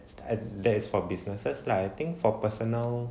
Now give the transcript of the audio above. that is for business that's like I think for personal